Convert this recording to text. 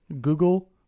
Google